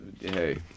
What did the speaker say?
Hey